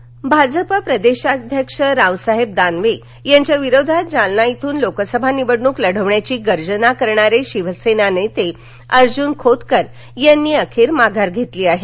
दानवे भाजपा प्रदेशाध्यक्ष रावसाहेब दानवे यांच्या विरोधात जालना इथून लोकसभा निवडणूक लढवण्याची गर्जना करणारे शिवसेना नेते अर्जून खोतकर यांनी अखेर माघार घेतली आहे